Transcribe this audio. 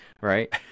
right